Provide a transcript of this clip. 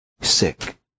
sick